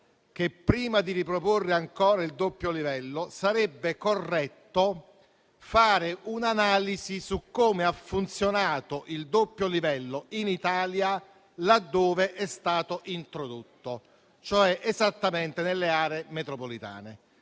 che, prima di riproporre ancora il doppio livello, sarebbe corretto fare un'analisi su come ha funzionato il doppio livello in Italia, laddove è stato introdotto, e cioè esattamente nelle aree metropolitane.